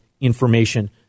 information